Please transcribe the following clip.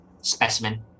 Specimen